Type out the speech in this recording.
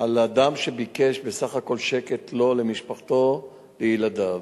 אדם שביקש בסך הכול שקט, לו, למשפחתו, לילדיו,